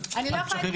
אז משחררים אותו.